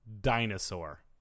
Dinosaur